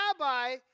rabbi